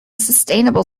sustainable